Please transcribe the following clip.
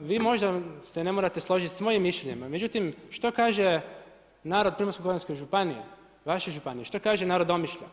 vi možda se ne morate složiti s mojim mišljenjem, međutim što kaže narod Primorsko-goranske županije, vaše županije, što kaže narod Omišlja?